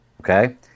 okay